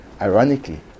ironically